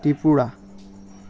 Tripura